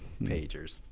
Pagers